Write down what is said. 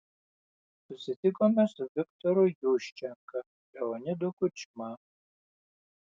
susitikome su viktoru juščenka leonidu kučma